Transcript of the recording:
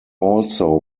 also